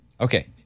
Okay